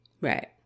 Right